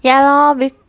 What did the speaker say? ya lor b~